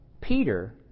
Peter